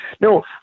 No